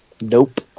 Nope